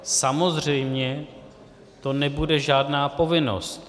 Samozřejmě to nebude žádná povinnost.